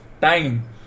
time